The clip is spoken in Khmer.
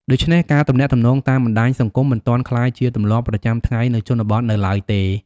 ដូច្នេះការទំនាក់ទំនងតាមបណ្ដាញសង្គមមិនទាន់ក្លាយជាទម្លាប់ប្រចាំថ្ងៃនៅជនបទនៅឡើយទេ។